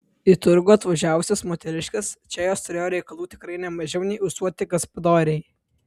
į turgų atvažiavusios moteriškės čia jos turėjo reikalų tikrai ne mažiau nei ūsuoti gaspadoriai